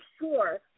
sure –